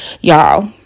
y'all